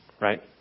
right